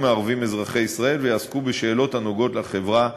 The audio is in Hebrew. מערבים אזרחי ישראל ויעסקו בשאלות הנוגעות לחברה